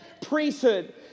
priesthood